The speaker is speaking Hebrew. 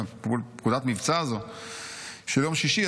פקודת המבצע הזו של יום שישי,